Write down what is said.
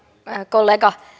kollega